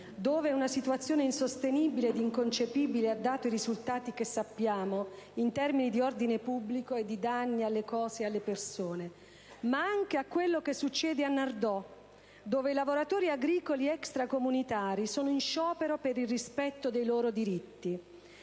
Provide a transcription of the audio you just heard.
dove una situazione insostenibile ed inconcepibile ha dato i risultati che sappiamo in termini di ordine pubblico e di danni alle cose e alle persone, ma anche a quello che succede a Nardò, dove i lavoratori agricoli extracomunitari sono in sciopero per il rispetto dei loro diritti.